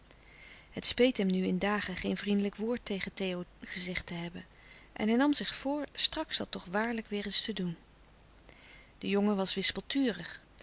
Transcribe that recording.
het speet hem nu in dagen geen vriendelijk woord tegen theo gezegd te hebben en hij nam zich voor straks dat toch waarlijk weêr eens te doen de jongen was wispelturig